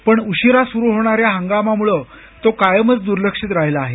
पण उशिरा सुरु होणाऱ्या हंगामामुळे तो कायमच दुर्लक्षित राहिला आहे